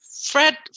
Fred